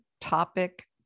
topic